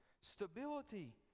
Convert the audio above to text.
stability